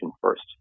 first